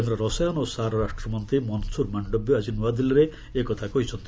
କେନ୍ଦ୍ର ରସାୟନ ଓ ସାର ରାଷ୍ଟ୍ରମନ୍ତ୍ରୀ ମନସୁର୍ ମାଣ୍ଡବ୍ୟ ଆଜି ନୂଆଦିଲ୍ଲୀରେ ଏକଥା କହିଛନ୍ତି